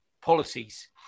policies